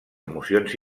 emocions